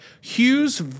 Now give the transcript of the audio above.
Hughes